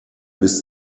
bis